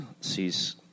sees